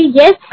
yes